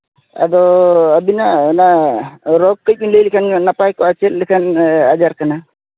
ᱟᱫᱚ ᱟᱹᱵᱤᱱᱟᱜ ᱚᱱᱟ ᱨᱳᱜᱽ ᱠᱟᱹᱡ ᱵᱤᱱ ᱞᱟᱹᱣ ᱞᱮᱠᱷᱟᱱ ᱱᱟᱯᱟᱭᱠᱚᱜᱼᱟ ᱪᱮᱫ ᱞᱮᱠᱟᱱ ᱟᱡᱟᱨ ᱠᱟᱱᱟ